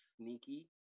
sneaky